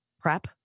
prep